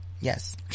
yes